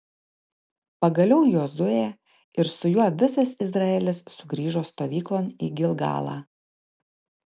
pagaliau jozuė ir su juo visas izraelis sugrįžo stovyklon į gilgalą